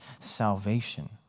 salvation